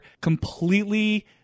completely